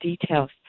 details